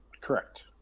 Correct